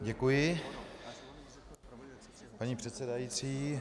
Děkuji, paní předsedající.